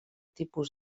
tipus